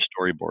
storyboard